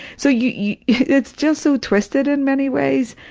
so yeah yeah it's just so twisted in many ways,